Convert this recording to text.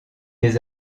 des